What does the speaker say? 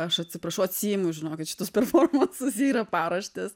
aš atsiprašau atsiimu žinokit šitus performansus jie yra paraštės